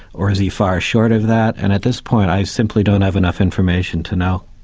or is he far short of that? and at this point i simply don't have enough information to know.